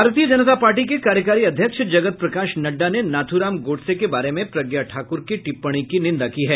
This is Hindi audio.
भारतीय जनता पार्टी के कार्यकारी अध्यक्ष जगत प्रकाश नड्डा ने नाथुराम गोड़से के बारे में प्रज्ञा ठाकुर की टिप्पणी की निंदा की है